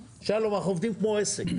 שלום, אנחנו עובדים כמו עסק.